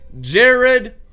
Jared